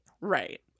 right